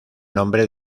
nombre